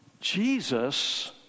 Jesus